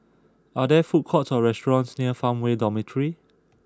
are there food courts or restaurants near Farmway Dormitory